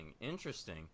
interesting